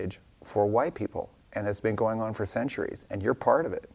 advantage for white people and it's been going on for centuries and you're part of it